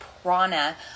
prana